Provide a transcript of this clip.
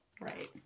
Right